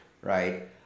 right